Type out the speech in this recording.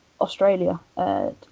Australia